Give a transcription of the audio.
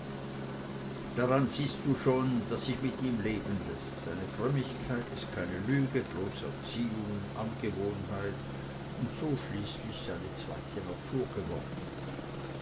daran siehst du schon daß sich mit ihm leben läßt seine frömmigkeit ist keine lüge bloß erziehung angewohnheit und so schließlich seine zweite natur geworden